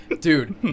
Dude